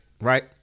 right